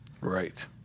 Right